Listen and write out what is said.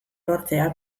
lortzea